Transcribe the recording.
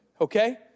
Okay